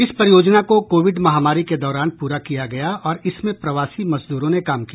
इस परियोजना को कोविड महामारी के दौरान पूरा किया गया और इसमें प्रवासी मजदूरों ने काम किया